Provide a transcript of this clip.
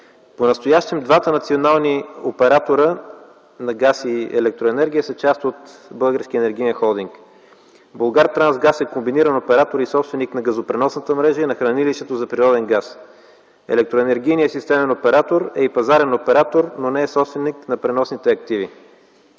Понастоящем двата национални оператора на газ и електроенергия са част от българския енергиен холдинг. „Булгартрансгаз” е комбиниран оператор и собственик на газопреносната мрежа и на хранилището за природен газ. Електроенергийният системен оператор е и пазарен оператор, но не е собственик на преносните активи.